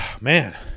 man